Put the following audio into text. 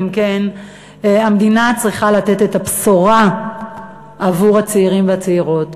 גם כן המדינה צריכה לתת את הבשורה עבור הצעירים והצעירות,